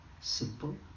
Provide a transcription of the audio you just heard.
simple